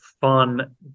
fun